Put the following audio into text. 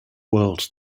world